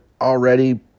already